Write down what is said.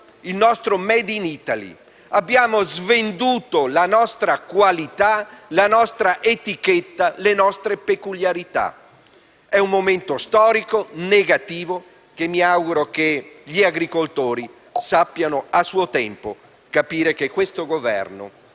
il nostro *made in Italy*: abbiamo svenduto la nostra qualità, la nostra etichetta e le nostre peculiarità. Stiamo vivendo un momento storico negativo e mi auguro che gli agricoltori a suo tempo sapranno capire che questo Governo